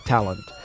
Talent